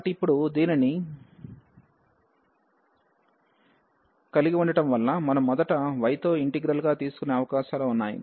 కాబట్టి ఇప్పుడు దీనిని కలిగి ఉండటం వలన మనం మొదట y తో ఇంటిగ్రల్ గా తీసుకునే అవకాశాలు ఉన్నాయి